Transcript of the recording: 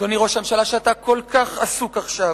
אדוני ראש הממשלה, שאתה כל כך עסוק עכשיו,